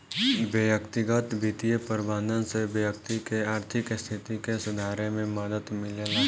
व्यक्तिगत बित्तीय प्रबंधन से व्यक्ति के आर्थिक स्थिति के सुधारे में मदद मिलेला